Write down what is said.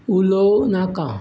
उलोव नाका